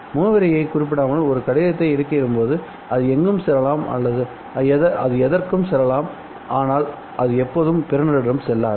முகவரியைக் குறிப்பிடாமல் ஒரு கடிதத்தை இடுகையிடும்போது அது எங்கும் செல்லலாம் அது எதற்கும் செல்லலாம்ஆனால் அது எப்போதும் பெறுநரிடம் செல்லாது